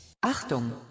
Achtung